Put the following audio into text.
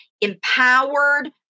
empowered